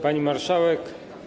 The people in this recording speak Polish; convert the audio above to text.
Pani Marszałek!